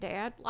Dad